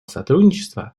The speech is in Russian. сотрудничества